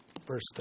verse